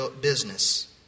business